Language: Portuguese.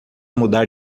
mudar